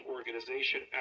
Organization